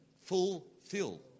fulfill